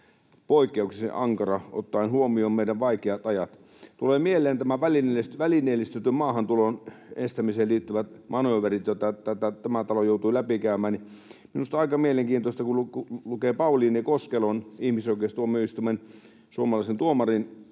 poikkeuksellisen ankara ottaen huomioon meidän vaikeat ajat. Tulee mieleen välineellistetyn maahantulon estämiseen liittyvät manööverit, joita tämä talo joutui läpikäymään, ja minusta on aika mielenkiintoista, kun lukee ihmisoikeustuomioistuimen suomalaisen tuomarin